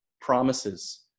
promises